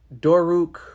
Doruk